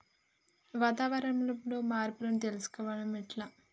వాతావరణంలో మార్పులను తెలుసుకోవడం ఎట్ల?